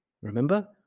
Remember